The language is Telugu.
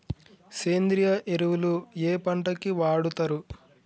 సేంద్రీయ ఎరువులు ఏ పంట కి వాడుతరు?